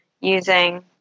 using